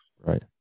Right